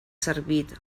servit